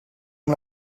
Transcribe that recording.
amb